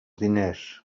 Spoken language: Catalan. diners